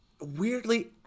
weirdly